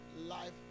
life